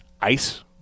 ice